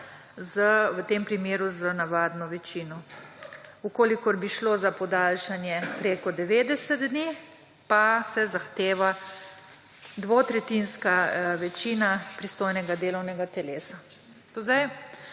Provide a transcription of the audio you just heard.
v tem primeru z navadno večino. Če bi šlo za podaljšanje preko 90 dni, pa se zahteva dvotretjinska večina pristojnega delovnega telesa. Jaz